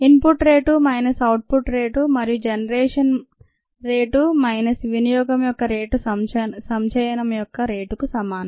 in put minus rate output యొక్క rate మరియు generation minus rate వినియోగం యొక్క రేటు సంచయనం యొక్క రేటుకు సమానం